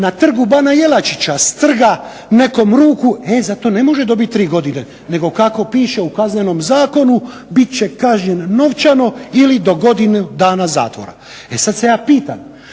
E sad se ja pitam,